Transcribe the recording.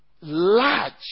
large